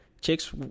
chicks